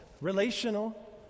relational